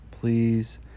Please